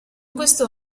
questo